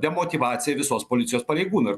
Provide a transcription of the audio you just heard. demotyvaciją visos policijos pareigūnu